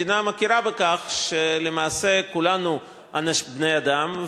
המדינה מכירה בכך שלמעשה כולנו בני-אדם,